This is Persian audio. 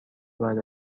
باید